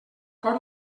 cor